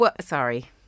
Sorry